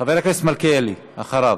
חבר הכנסת מלכיאלי, אחריו.